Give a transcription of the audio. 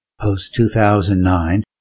Post-2009